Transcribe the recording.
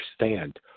understand